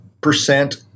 percent